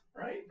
right